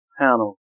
panel